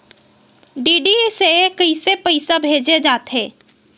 DD से कइसे पईसा भेजे जाथे?